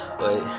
wait